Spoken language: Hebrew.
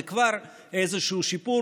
זה כבר איזשהו שיפור.